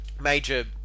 major